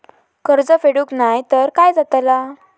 कर्ज फेडूक नाय तर काय जाताला?